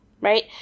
right